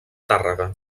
tàrrega